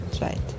right